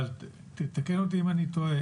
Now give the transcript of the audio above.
אבל תקן אותי אם אני טועה,